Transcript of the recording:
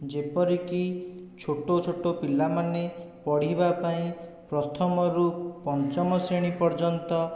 ଯେପରିକି ଛୋଟ ଛୋଟ ପିଲାମାନେ ପଢ଼ିବା ପାଇଁ ପ୍ରଥମରୁ ପଞ୍ଚମ ଶ୍ରେଣୀ ପର୍ଯ୍ୟନ୍ତ